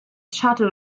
shuttle